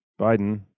Biden